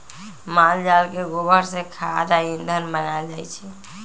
माल जाल के गोबर से खाद आ ईंधन बनायल जाइ छइ